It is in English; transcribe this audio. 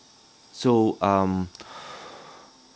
so um